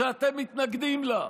שאתם מתנגדים לה,